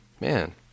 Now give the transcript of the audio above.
man